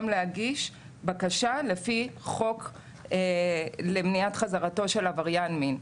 להגיש בקשה לפי חוק למניעת חזרתו של עבריין מין.